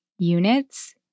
Units